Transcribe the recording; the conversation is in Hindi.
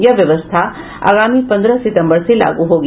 यह व्यवस्था आगामी पन्द्रह सितम्बर से लागू होगी